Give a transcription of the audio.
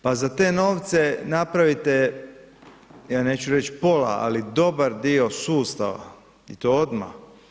Pa za te novce napravite ja neću reć pola ali dobar dio sustava i to odmah.